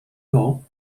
law